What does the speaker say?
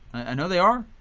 i know they are.